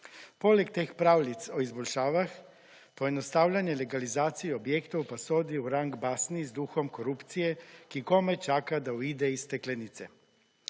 Poleg teh pravljic o izboljšavah, poenostavljanje legaliacije objektov pa sodi v rang basni z duhom korupcije, ki komaj čaka da uide iz steklenice.